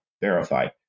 verified